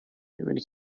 میبینی